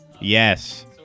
Yes